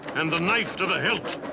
and the knife to the hilt.